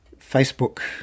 Facebook